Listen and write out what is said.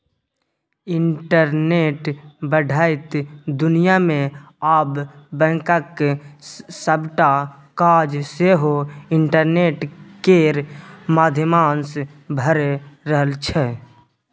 इंटरनेटक बढ़ैत दुनियाँ मे आब बैंकक सबटा काज सेहो इंटरनेट केर माध्यमसँ भए रहल छै